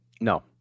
No